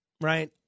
right